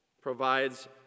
provides